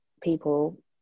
people